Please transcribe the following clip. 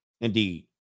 Indeed